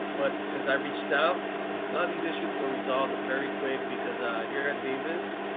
but since i reached out a lot of these issues are resolved very quick because here at davis.